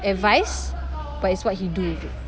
advise but it's what he do